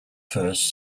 first